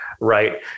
Right